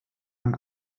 man